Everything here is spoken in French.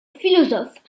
philosophes